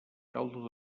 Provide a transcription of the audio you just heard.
caldo